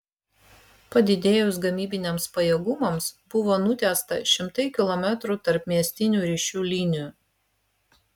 padidėjus gamybiniams pajėgumams buvo nutiesta šimtai kilometrų tarpmiestinių ryšių linijų